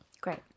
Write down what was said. Great